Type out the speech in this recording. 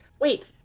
Wait